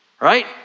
right